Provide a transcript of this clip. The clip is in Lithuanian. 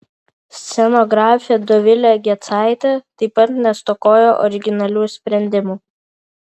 scenografė dovilė gecaitė taip pat nestokojo originalių sprendimų